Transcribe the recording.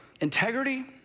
integrity